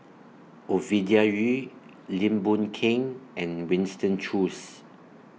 Ovidia Yu Lim Boon Keng and Winston Choos